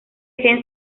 gen